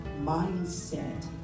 mindset